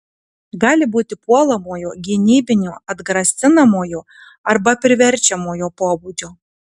gali būti puolamojo gynybinio atgrasinamojo arba priverčiamojo pobūdžio